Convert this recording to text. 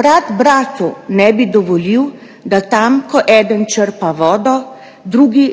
Brat bratu ne bi dovolil, da tam, ko eden črpa vodo, drugi